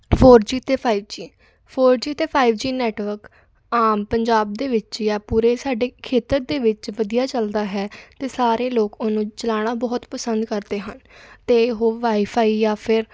four G ਤੇ five G four G ਤੇ five G network ਆਮ ਪੰਜਾਬ ਦੇ ਵਿੱਚ ਜਾਂ ਪੂਰੇ ਸਾਡੇ ਖੇਤਰ ਦੇ ਵਿੱਚ ਵਧੀਆ ਚੱਲਦਾ ਹੈ ਅਤੇ ਸਾਰੇ ਲੋਕ ਉਹਨੂੰ ਚਲਾਉਣਾ ਬਹੁਤ ਪਸੰਦ ਕਰਦੇ ਹਨ ਅਤੇ ਉਹ ਵਾਈਫਾਈ ਜਾਂ ਫਿਰ